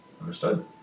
Understood